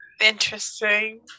Interesting